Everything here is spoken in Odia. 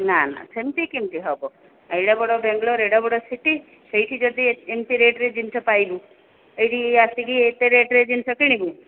ନା ନା ସେମତି କେମତି ହେବ ଏଡ଼େ ବଡ଼ ବାଙ୍ଗଲୋର୍ ଏଡ଼େ ବଡ଼ ସିଟି ସେଇଠି ଯଦି ଏମତି ରେଟ୍ରେ ଜିନିଷ ପାଇବୁ ଏଇଠି ଆସିକି ଏତେ ରେଟ୍ରେ ଜିନିଷ କିଣିବୁ